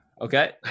Okay